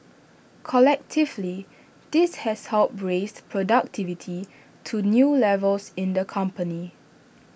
collectively this has helped raise productivity to new levels in the company